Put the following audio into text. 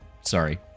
sorry